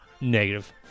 Negative